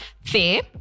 Fair